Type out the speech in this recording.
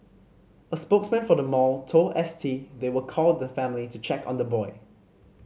a spokesman for the mall told S T they will call the family to check on the boy